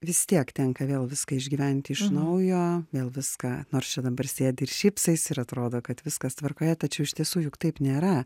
vis tiek tenka vėl viską išgyventi iš naujo vėl viską nors čia dabar sėdi ir šypsais ir atrodo kad viskas tvarkoje tačiau iš tiesų juk taip nėra